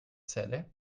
celle